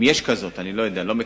אם יש כזאת, אני לא מכיר,